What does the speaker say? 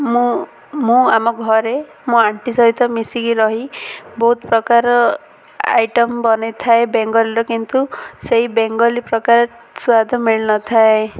ମୁଁ ମୁଁ ଆମ ଘରେ ମୋ ଆଣ୍ଟି ସହିତ ମିଶିକି ରହି ବହୁତ ପ୍ରକାର ଆଇଟମ୍ ବନାଇ ଥାଏ ବେଙ୍ଗଲର କିନ୍ତୁ ସେହି ବେଙ୍ଗଲ ପ୍ରକାର ସ୍ୱାଦ ମିଳିନଥାଏ